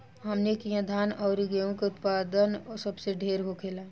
हमनी किहा धान अउरी गेंहू के उत्पदान सबसे ढेर होखेला